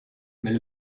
mais